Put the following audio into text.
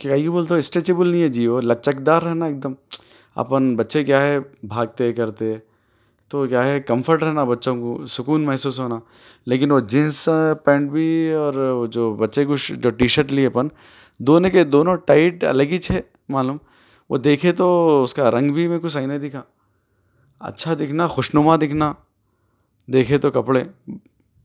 کیا ہی بولتا اسٹیچو بولنے ہے جی وہ لچکدار ہے نا ایک دم اپن بچے کیا ہے بھاگتے کرتے تو کیا ہے کمفرٹ رہنا بچوں کو سکون محسوس ہونا لیکن وہ جنس پینٹ بھی اور جو بچے کو جو ٹی شرٹ لی ہے اپن دونوں کے دونوں ٹائٹ الگ ہچ ہے معلوم وہ دیکھے تو اس کا رنگ بھی میرے کو صحیح نہیں دکھا اچھا دکھنا خوشنما دکھنا دیکھیے تو کپڑے